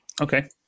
okay